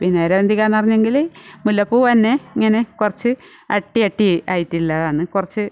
പിന്നെ എരവന്തിക എന്ന് പറഞ്ഞെങ്കിൽ മുല്ലപ്പൂ തന്നെ ഇങ്ങനെ കുറച്ച് അട്ടി അട്ടി ആയിട്ടുള്ളതാണ് കുറച്ച്